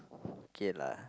K lah